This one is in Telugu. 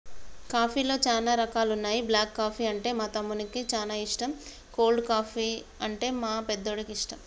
కాఫీలో చానా రకాలున్న బ్లాక్ కాఫీ అంటే మా తమ్మునికి చానా ఇష్టం, కోల్డ్ కాఫీ, అంటే మా పెద్దోడికి ఇష్టం